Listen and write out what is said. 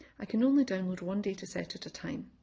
i can only download one data set at a time.